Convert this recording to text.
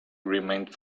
remained